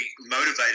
motivated